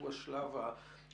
הוא השלב הדחוף,